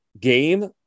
game